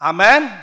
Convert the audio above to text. Amen